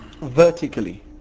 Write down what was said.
vertically